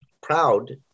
proud